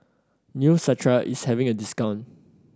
neostrata is having a discount